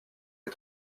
les